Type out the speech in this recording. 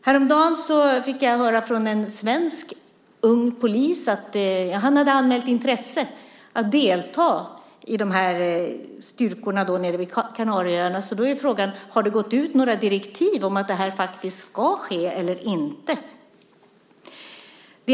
Häromdagen fick jag höra från en svensk ung polis att han hade anmält intresse att delta i styrkorna nere vid Kanarieöarna. Har det gått ut några direktiv om att det här faktiskt ska ske, eller inte?